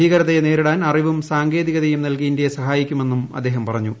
ഭീകരതയെ നേരിടാൻ അറിവും സാങ്കേതികതയും നൽകി ഇന്ത്യയെ സഹായിക്കുമെന്നും അദ്ദേഹം പറഞ്ഞു